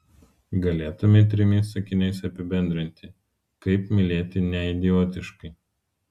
galėtumei trimis sakiniais apibendrinti kaip mylėti neidiotiškai